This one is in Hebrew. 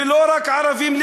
ולא רק ערבים,